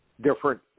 different